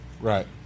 Right